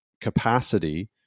capacity